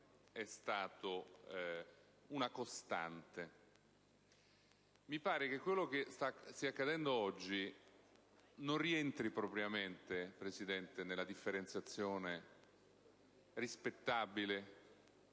è stato una costante. Mi pare che quello che sta accadendo oggi non rientri propriamente nella differenziazione - rispettabile